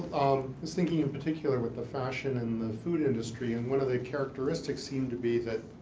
um was thinking in particular with the fashion and the food industry, and one of the characteristics seemed to be that